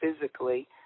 physically